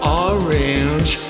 orange